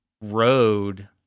road